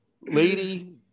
Lady